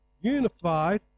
unified